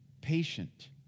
patient